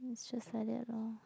just like that lor